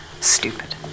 Stupid